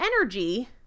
energy